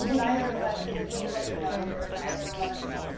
neither of us is an ebook developer, neither of us.